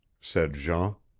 said jean.